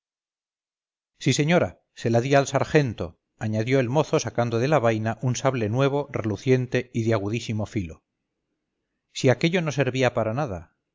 sí señora se la di al sargento añadió el mozo sacando de la vaina un sable nuevo reluciente y de agudísimo filo si aquello no servía para nada